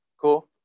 Cool